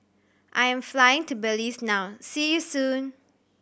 I am flying to Belize now See you soon